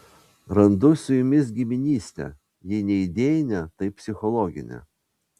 randu su jumis giminystę jei ne idėjinę tai psichologinę